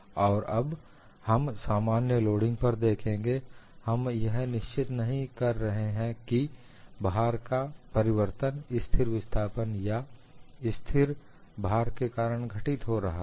और अब हम सामान्य लोडिंग पर देखेंगे हम यह निश्चित नहीं कर रहे हैं कि भार का परिवर्तन स्थिर विस्थापन या स्थिर भार के कारण घटित हो रहा है